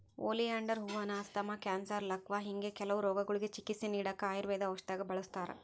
oleander ಹೂವಾನ asthma, cancer, ಲಕ್ವಾ ಹಿಂಗೆ ಕೆಲವು ರೋಗಗುಳ್ಗೆ ಚಿಕಿತ್ಸೆ ನೀಡಾಕ ಆಯುರ್ವೇದ ಔಷದ್ದಾಗ ಬಳುಸ್ತಾರ